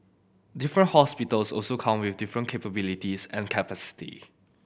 different hospitals also come with different capabilities and capacity